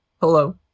Hello